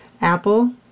Apple